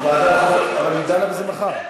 ועדת, אבל היא דנה בזה מחר.